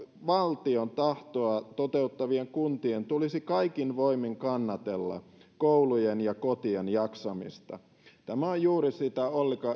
valtion tahtoa toteuttavien kuntien tulisi kaikin voimin kannatella koulujen ja kotien jaksamista tämä on juuri sitä